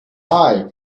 aye